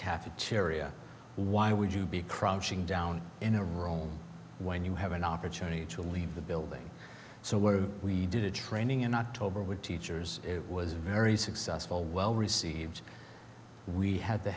cafeteria why would you be crushing down in a room when you have an opportunity to leave the building so what do we do training in october would teachers it was very successful well received we had the